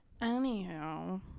Anyhow